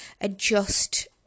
adjust